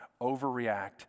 overreact